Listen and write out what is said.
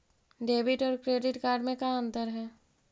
Debit और credit card में का अंतर है?